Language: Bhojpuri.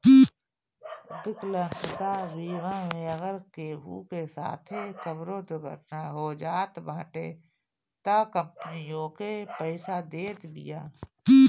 विकलांगता बीमा मे अगर केहू के साथे कवनो दुर्घटना हो जात बाटे तअ कंपनी ओके पईसा देत बिया